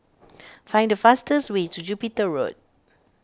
find the fastest way to Jupiter Road